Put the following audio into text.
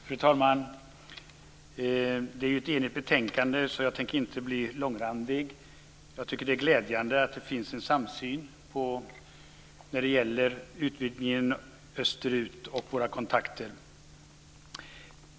Fru talman! Det är ett enigt utskott som står bakom betänkandet, så jag tänker inte bli långrandig. Jag tycker att det är glädjande att det finns en samsyn när det gäller utvidgningen österut och våra kontakter.